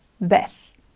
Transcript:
Beth